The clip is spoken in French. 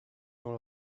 dans